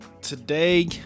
Today